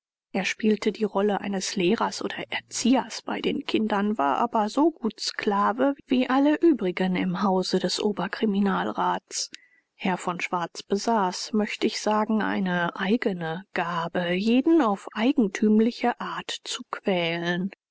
er spielte die rolle eines lehrers oder erziehers bei den kindern war aber so gut sklave wie alle übrigen im hause des oberkriminalrats herr von schwarz besaß möcht ich sagen eine eigene gabe jeden auf eigentümliche art zu quälen